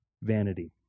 Vanity